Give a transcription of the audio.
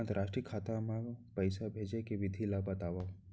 अंतरराष्ट्रीय खाता मा पइसा भेजे के विधि ला बतावव?